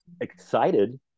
excited